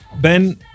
Ben